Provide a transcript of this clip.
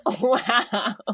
Wow